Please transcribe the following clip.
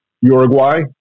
Uruguay